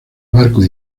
barcos